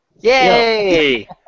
Yay